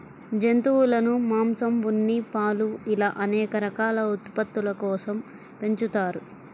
జంతువులను మాంసం, ఉన్ని, పాలు ఇలా అనేక రకాల ఉత్పత్తుల కోసం పెంచుతారు